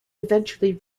eventually